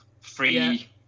free